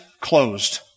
closed